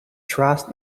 trust